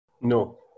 No